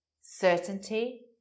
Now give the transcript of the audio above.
certainty